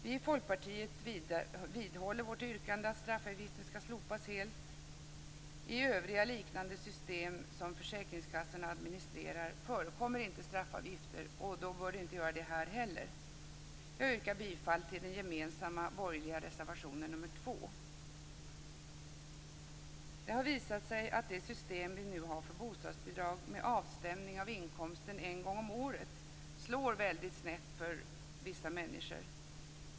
Vi i Folkpartiet vidhåller vårt yrkande att straffavgiften skall slopas helt. I övriga liknande system som försäkringskassorna administrerar förekommer inte straffavgifter, och då bör det inte göra det här heller. Jag yrkar bifall till den gemensamma borgerliga reservationen nr 2. Det har visat sig att det system vi nu har för bostadsbidrag med avstämning av inkomsten en gång om året slår väldigt snett för vissa människor.